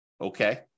Okay